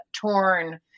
torn